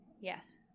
Yes